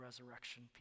resurrection